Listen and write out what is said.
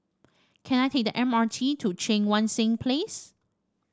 can I take the M R T to Cheang Wan Seng Place